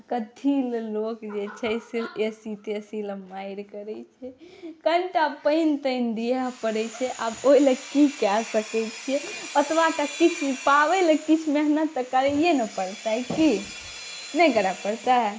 कथीलए लोक जे छै ए सी तेसीलए मारि करै छै कनिटा पानि तानि दिअ पड़ै छै आब ओहिलए की कऽ सकै छिए एतबा किछु पाबैलए किछु मेहनति तऽ करैए ने पड़तै कि नहि करऽ पड़तै